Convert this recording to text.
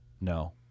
No